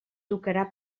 tocarà